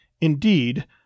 Indeed